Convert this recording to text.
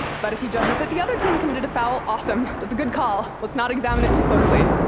but if he judges that the other team committed a foul awesome! that's a good call, let's not examine it too closely.